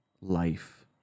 Life